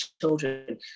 children